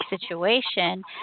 situation